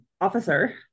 officer